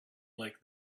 like